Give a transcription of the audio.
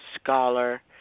scholar